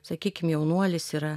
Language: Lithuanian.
sakykim jaunuolis yra